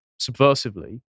subversively